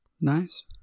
nice